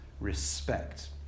respect